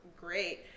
great